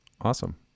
Awesome